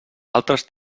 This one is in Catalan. altres